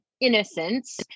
innocence